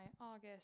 August